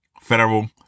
federal